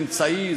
זה אמצעי.